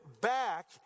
back